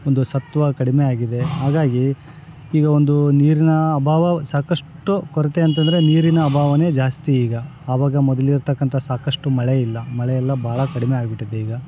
ಒಂದು ಸತ್ವ ಕಡಿಮೆ ಆಗಿದೆ ಹಾಗಾಗಿ ಈಗ ಒಂದು ನೀರಿನ ಅಭಾವ ಸಾಕಷ್ಟು ಕೊರತೆ ಅಂತಂದರೆ ನೀರಿನ ಅಭಾವನೇ ಜಾಸ್ತಿ ಈಗ ಅವಾಗ ಮೊದಲಿರ್ತಕ್ಕಂಥ ಸಾಕಷ್ಟು ಮಳೆಯಿಲ್ಲ ಮಳೆಯೆಲ್ಲ ಭಾಳ ಕಡಿಮೆ ಆಗ್ಬಿಟ್ಟಿದೆ ಈಗ